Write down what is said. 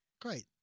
Great